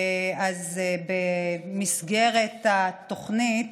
במסגרת התוכנית